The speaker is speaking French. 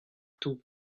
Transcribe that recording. tout